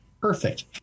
perfect